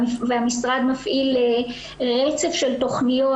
והמשרד מפעיל רצף של תכניות,